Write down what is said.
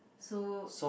so